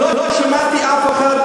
ולא שמעתי אף אחד,